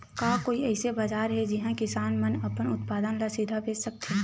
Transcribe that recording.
का कोई अइसे बाजार हे जिहां किसान मन अपन उत्पादन ला सीधा बेच सकथे?